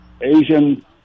Asian